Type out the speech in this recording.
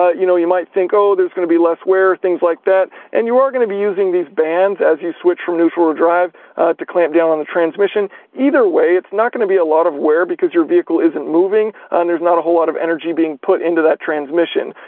ah you know you might think, oh, there's going to be less wear, things like that. and you are going to be using these bands as you switch from neutral to drive to clamp down on the transmission. either way, it's not going to be a lot of wear because your vehicle isn't moving and there's not a whole lot of energy being put into that transmission.